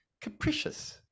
Capricious